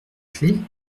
attelée